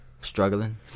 Struggling